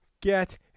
Get